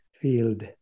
field